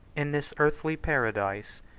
in this earthly paradise,